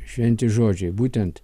šventi žodžiai būtent